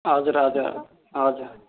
हजुर हजुर हजुर